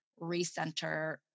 recenter